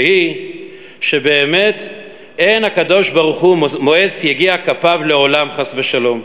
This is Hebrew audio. והיא שבאמת אין הקב"ה מואס יגיע כפיו לעולם חס ושלום,